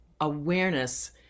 awareness